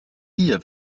hier